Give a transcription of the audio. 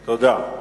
תודה.